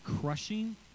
crushing